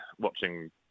watching